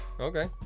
Okay